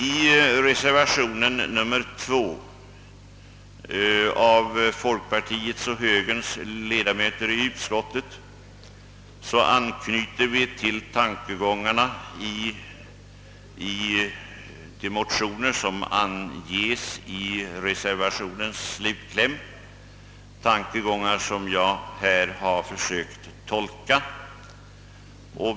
I reservationen II anknyter folkpartiets och högerns ledamöter i utskottet till tankegångarna i de motioner som anges i reservationens kläm och vilka jag här har försökt att tolka.